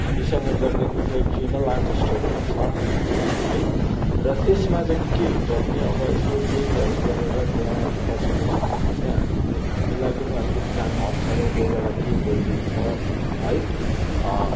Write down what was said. हामीसँग गर्ने कुन चाहिँ फिमेल आर्टिस्टहरू पनि छ छन् है र त्यसमा चाहिँ के हुन्छ भने अब यसो ड्रिङ्कहरू गरेर त्यहाँ बसेको छ भने चाहिँ हाम्रो हामीलाई पनि अलिकति जान अप्ठ्यारो कोही बेला के बोलिदिन्छ है